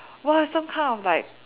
!wah! some kind of like